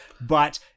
But-